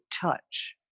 touch